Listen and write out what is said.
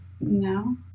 no